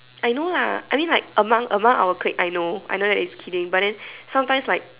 I know lah I mean like among among our clique I know I know that it's kidding but then sometimes like